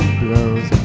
blows